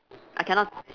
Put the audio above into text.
I cannot